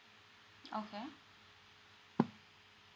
okay